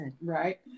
Right